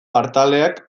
partalek